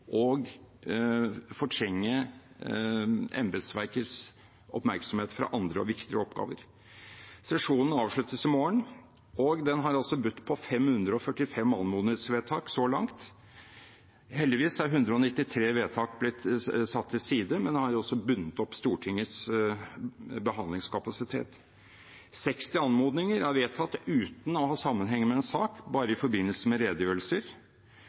og fortrenge embetsverkets oppmerksomhet fra andre og viktigere oppgaver. Sesjonen avsluttes i morgen. Den har budt på 545 anmodningsvedtak så langt. Heldigvis er 193 vedtak blitt satt til side, men det har jo bundet opp Stortingets behandlingskapasitet. 60 anmodninger er vedtatt uten å ha sammenheng med en sak, bare i forbindelse med redegjørelser.